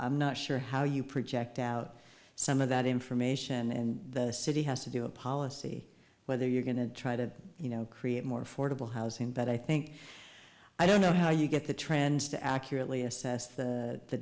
i'm not sure how you project out some of that information and the city has to do a policy whether you're going to try to you know create more affordable housing but i think i don't know how you get the trends to accurately assess